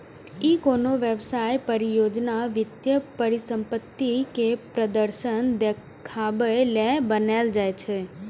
ई कोनो व्यवसाय, परियोजना, वित्तीय परिसंपत्ति के प्रदर्शन देखाबे लेल बनाएल जाइ छै